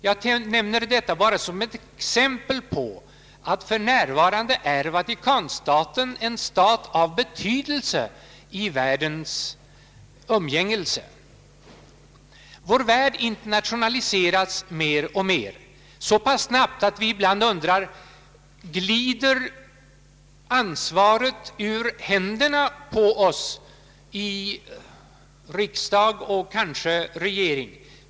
Jag nämner detta bara som ett exempel på att för närvarande är Vatikanstaten en stat av betydelse i världen. Vår värld internationaliseras mer och mer så pass snabbt att vi ibland undrar: Glider ansvaret ur händerna på oss i riksdag och regering?